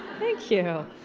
thank you!